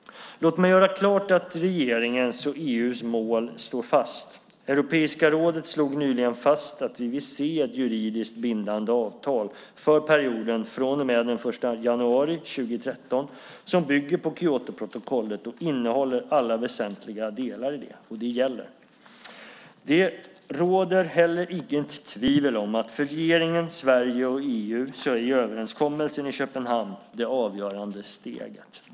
Låt mig göra klart att regeringens och EU:s mål står fast. Europeiska rådet slog nyligen fast att vi vill se ett juridiskt bindande avtal för perioden från och med den 1 januari 2013 som bygger på Kyotoprotokollet och innehåller alla väsentliga delar i det. Det gäller. Det råder heller inget tvivel om att för regeringen, Sverige och EU är överenskommelsen i Köpenhamn det avgörande steget .